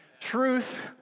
Truth